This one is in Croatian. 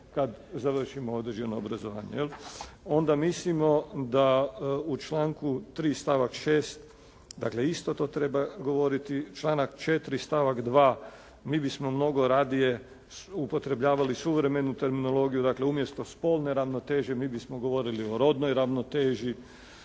kad završimo određeno obrazovanje. Onda mislimo da u članku 3. stavak 6., dakle isto to treba govoriti. Članak 4. stavak 2. mi bismo mnogo radije upotrebljavati suvremenu terminologiju, dakle umjesto spolne ravnoteže mi bismo govorili o rodnoj ravnoteži,